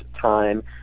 time